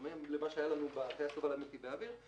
בדומה למה שהיה לנו ב --- נתיבי האוויר.